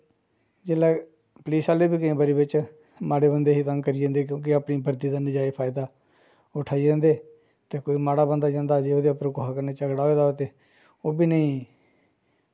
जिसलै पुलिस आह्ले बी केईं बारी बिच्च माड़े बंदे गी तंग करी जंदे क्योंकि अपनी बर्दी दा नजैज़ फायदा उठाई जंदे ते कोई माड़ा बंदा जंदा जेह्दा कुसै नै झगड़ा होए दा होंदा ते ओह् बी नेईं